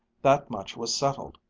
that much was settled,